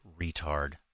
retard